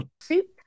Soup